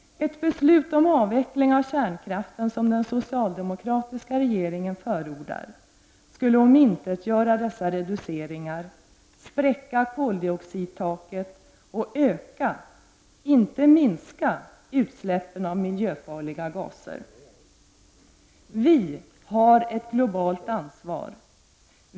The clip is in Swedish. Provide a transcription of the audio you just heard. Ett beslut om avveckling av kärnkraften, som den socialdemokratiska regeringen förordar, skulle omintetgöra dessa reduceringar, spräcka koldioxidtaket och öka, inte minska, utsläppen av miljöfarliga gaser. Vi har ett globalt ansvar.